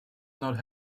not